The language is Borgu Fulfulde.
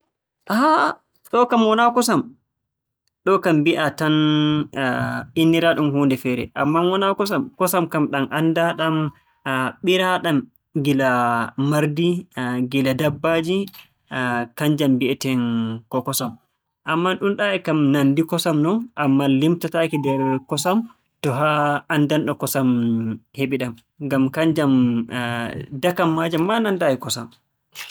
Ah! Ɗo'o kam wonaa kosam. Ɗo'o kam mbi'a tan inniraaɗum huunde feere. Ammaa wonaa Kosam kam. Kosam kam ɗam anndaaɗam, ɓiraaɗam gila marndi, gila dabbaaji, kannjam mbi'eten kosam. Ammaa ɗumɗaa'e kam nanndi kosam non, ammaa limtataake nder kosam, so haa anndanɗo kosam heɓi-ɗam. Ngam kannjam dakam maajam maa nanndaayi kosam.